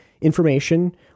information